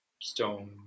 stone